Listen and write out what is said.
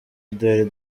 uduheri